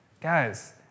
Guys